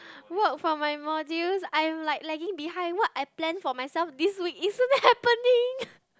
work from my module I'm like lagging behind what I plan for myself this week it shouldn't happening